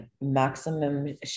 maximum